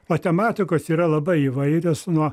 matematikos yra labai įvairios nuo